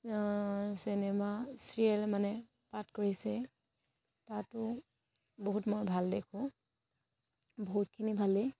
cinema serial মানে পাঠ কৰিছে তাতো বহুত মই ভাল দেখোঁ বহুতখিনি ভালেই